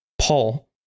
Paul